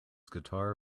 guitar